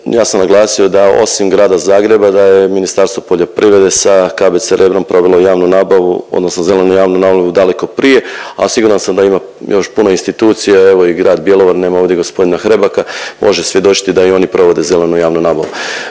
ja sam naglasio da osim grada Zagreba, da je Ministarstvo poljoprivrede sa KBC Rebrom provelo javnu nabavu, odnosno zelenu javnu nabavu daleko prije, a siguran sam da ima još puno institucija, evo i grad Bjelovar, nema ovdje g. Hrebaka, može svjedočiti da i oni provode zelenu javnu nabavu,